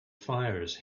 fires